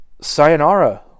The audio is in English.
sayonara